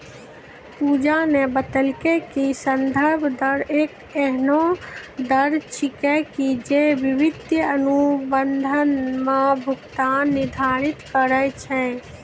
पूजा न बतेलकै कि संदर्भ दर एक एहनो दर छेकियै जे वित्तीय अनुबंध म भुगतान निर्धारित करय छै